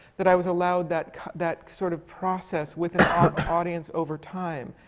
that i was allowed that that sort of process with an audience over time.